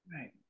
Right